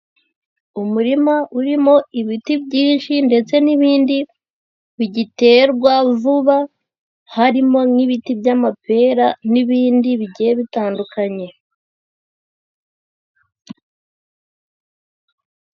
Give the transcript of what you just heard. Umurima urimo ibiti byinshi ndetse n'ibindi bigiterwa vuba, harimo nk'ibiti by'amapera n'ibindi bigiye bitandukanye.